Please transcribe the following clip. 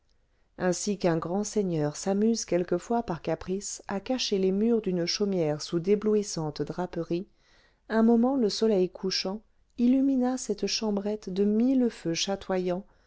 ainsi qu'un grand seigneur s'amuse quelquefois par caprice à cacher les murs d'une chaumière sous d'éblouissantes draperies un moment le soleil couchant illumina cette chambrette de mille feux chatoyants